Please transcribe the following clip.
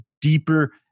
deeper